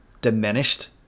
diminished